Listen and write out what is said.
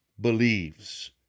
Believes